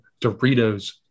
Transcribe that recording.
Doritos